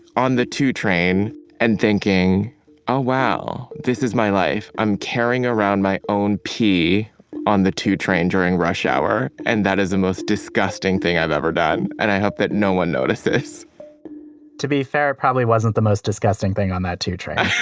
on the two train and thinking oh, wow. this is my life. i'm carrying around my own pee on the two train during rush hour, and that is the most disgusting thing i've ever done. and i hope that no one notices to be fair, it probably wasn't the most disgusting thing on that two train